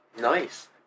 Nice